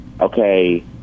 okay